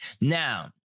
Now